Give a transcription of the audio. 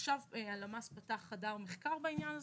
עכשיו הלמ"ס פתח חדר מחקר בעניין הזה.